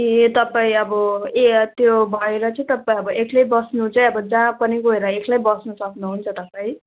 ए तपाईँ अब ए त्यो भएर चाहिँ तपाईँ अब एक्लै बस्नु चाहिँ अब जहाँ पनि गएर एक्लै बस्नु सक्नुहुन्छ तपाईँ